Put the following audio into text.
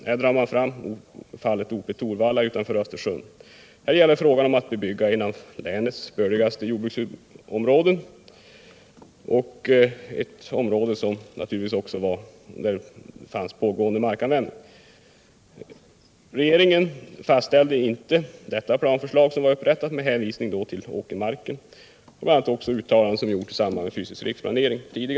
Reservanterna drar fram fallet Ope-Torvalla utanför Östersund. Här gällde det frågan om att bebygga ett av länets bördigaste jordbruksområden. Det gällde också pågående markanvändning. Regeringen fastställde inte det planförslag som var upprättat, med hänvisning till åkermarken och bl.a. också till de uttalanden som riksdagen tidigare gjort i frågan om fysisk riksplanering.